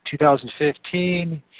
2015